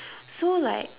so like